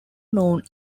known